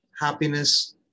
happiness